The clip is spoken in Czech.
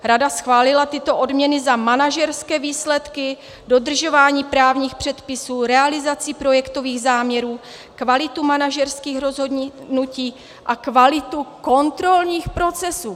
Rada schválila tyto odměny za manažerské výsledky, dodržování právních předpisů, realizaci projektových záměrů, kvalitu manažerských rozhodnutí a kvalitu kontrolních procesů.